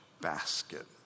basket